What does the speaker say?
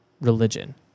religion